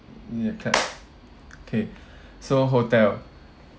ya clap okay so hotel